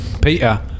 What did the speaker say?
Peter